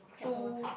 two